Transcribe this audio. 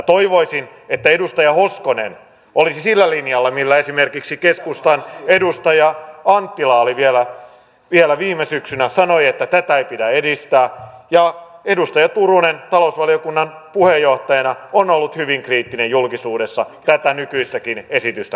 toivoisin että edustaja hoskonen olisi sillä linjalla millä esimerkiksi keskustan edustaja anttila oli vielä viime syksynä sanoi että tätä ei pidä edistää ja edustaja turunen talousvaliokunnan puheenjohtajana on ollut hyvin kriittinen julkisuudessa tätä nykyistäkin esitystä kohtaan